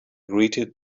greeted